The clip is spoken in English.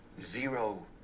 zero